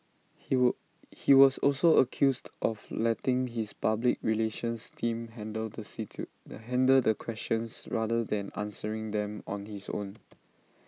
he were he was also accused of letting his public relations team handle the see to the handle the questions rather than answering them on his own